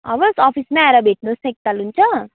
हवस् अफिसमै आएर भेट्नुहोस् न एकताल हुन्छ